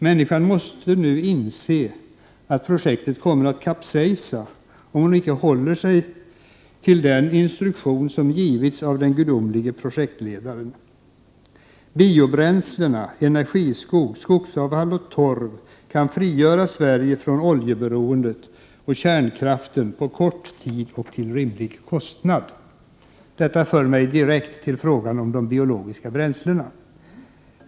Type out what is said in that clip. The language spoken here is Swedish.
Människan måste nu inse att projektet kommer att kapsejsa, om inte hon håller sig till den instruktion som givits av den gudomlige projektledaren. Biobränslena energiskog, skogsavfall och torv kan frigöra Sverige från oljeberoendet och kärnkraften på kort tid och till rimlig kostnad.” Detta för mig direkt till frågan om de biologiska bränslena.